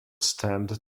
stemmed